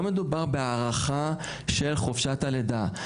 לא מדובר בהארכה של חופשת הלידה.